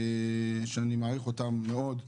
שאני מעריך אותם מאוד.